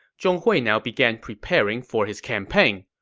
zhong hui now began preparing for his campaign.